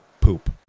poop